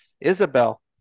Isabel